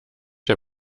der